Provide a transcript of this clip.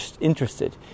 interested